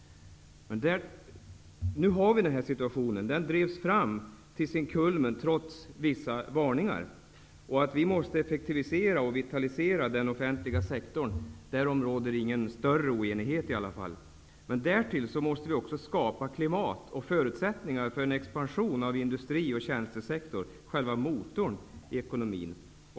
Nu har vi den här situationen. Den drevs fram till sin kulmen trots vissa varningar. Att vi måste effektivisera och vitalisera den offentliga sektorn torde det inte råda någon oenighet om. Men därtill måste vi också skapa klimat och förutsättningar för en expansion av industri och tjänstesektorn, själva motorn i ekonomin.